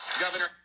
Governor